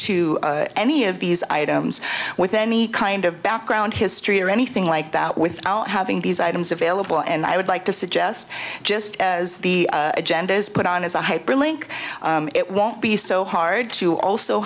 to any of these items with any kind of background history or anything like that without having these items available and i would like to suggest just as the agenda is put on as a hyperlink it won't be so hard to also